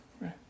right